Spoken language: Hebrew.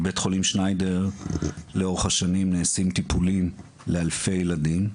בבית חולים שניידר לאורך השנים נעשים טיפולים לאלפי ילדים.